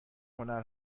هنر